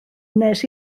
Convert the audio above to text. wnes